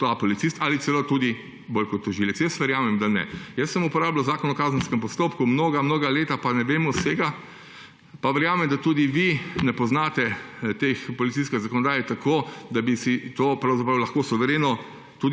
ta policist ali celo tudi bolje kot tožilec. Jaz verjamem, da ne. Jaz sem uporabljal Zakon o kazenskem postopku mnoga leta, pa ne vem vsega. Pa verjamem, da tudi vi ne poznate te policijske zakonodaje tako, da bi si to pravzaprav lahko suvereno,